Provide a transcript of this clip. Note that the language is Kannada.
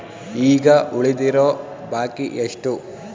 ಈಗ ಉಳಿದಿರೋ ಬಾಕಿ ಎಷ್ಟು?